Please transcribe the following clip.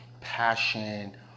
passion